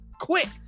quick